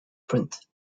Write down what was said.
print